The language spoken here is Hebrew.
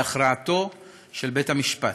להכרעתו של בית-משפט,